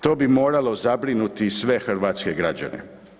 To bi moralo zabrinuti sve hrvatske građane.